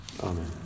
Amen